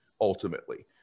ultimately